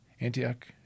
Antioch